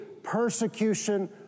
persecution